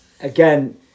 again